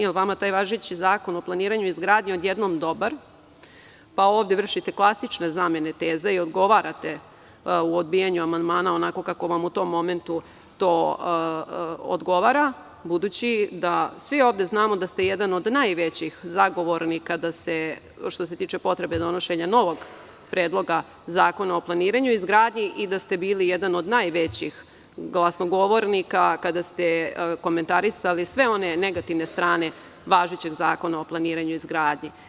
Da li je vama taj važeći Zakon o planiranju i izgradnji odjednom dobar, pa ovde vršite klasične zamene teza i odgovarate u odbijanju amandmana onako kako vam u tom momentu to odgovara, budući da svi ovde znamo da ste jedan od najvećih zagovornika, što se tiče potrebe donošenja novog predloga zakona o planiranju i izgradnji, i da ste bili jedan od najvećih glasnogovornika kada ste komentarisali sve one negativne strane važećeg Zakona o planiranju i izgradnji?